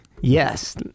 Yes